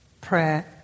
prayer